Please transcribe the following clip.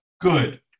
good